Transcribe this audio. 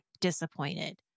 disappointed